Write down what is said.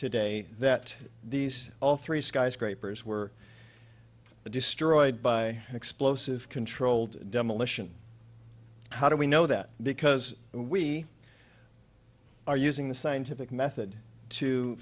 today that these all three skyscrapers were destroyed by an explosive controlled demolition how do we know that because we are using the scientific method to